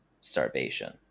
starvation